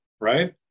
right